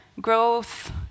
growth